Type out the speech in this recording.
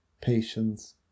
patience